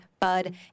Bud